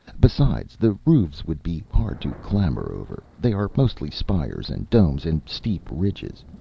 besides, the roofs would be hard to clamber over. they are mostly spires and domes and steep ridges.